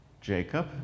Jacob